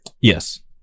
yes